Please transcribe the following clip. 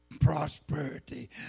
prosperity